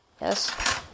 yes